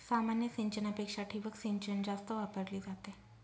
सामान्य सिंचनापेक्षा ठिबक सिंचन जास्त वापरली जाते